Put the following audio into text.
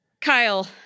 kyle